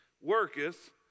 worketh